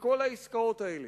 לכל העסקאות האלה.